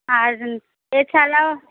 আর এছাড়াও